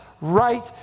right